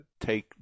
take